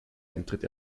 eintritt